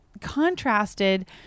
contrasted